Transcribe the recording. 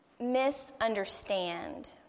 misunderstand